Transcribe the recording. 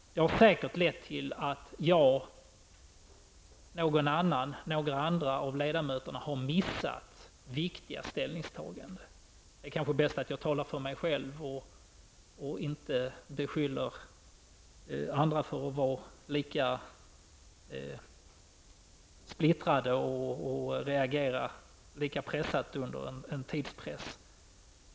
Det har säkert lett till att jag och kanske några andra av ledamöterna har missat viktiga ställningstaganden. Det kanske ändå är bäst att jag talar för mig och inte beskyller andra för att vara lika splittrade och reagera likadant under en tidspress.